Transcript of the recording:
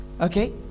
okay